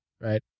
right